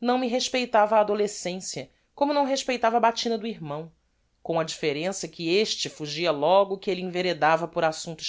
não me respeitava a adolescencia como não respeitava a batina do irmão com a differença que este fugia logo que elle enveredava por assumpto